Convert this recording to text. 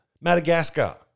Madagascar